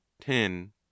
ten